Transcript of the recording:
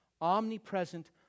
omnipresent